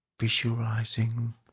Visualizing